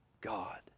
God